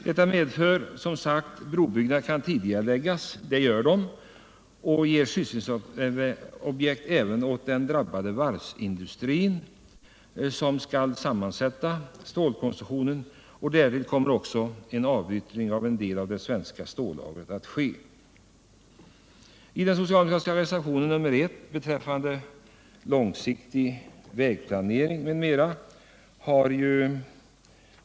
Detta medför som sagt att brobyggnaderna kan tidigareläggas, vilket sker, och ge sysselsättningsobjekt även åt den drabbade varvsindustrin, som skall sammansätta stålkonstruktionerna. Därvid kommer också en avyttring av en del av det svenska stållagret att ske. I den socialdemokratiska reservationen 1 tar man upp den långsiktiga vägplaneringen m.m.